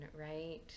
right